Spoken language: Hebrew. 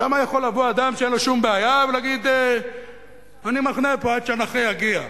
שם יכול לבוא אדם שאין לו שום בעיה ולהגיד: אני מחנה פה עד שהנכה יגיע.